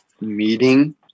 meeting